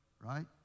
Right